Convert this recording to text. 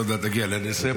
עוד מעט אגיע לזה.